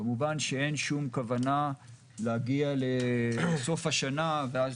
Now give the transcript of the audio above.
כמובן שאין כוונה להגיע לסוף השנה ואז